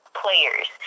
players